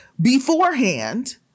beforehand